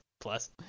plus